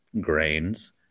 grains